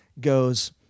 goes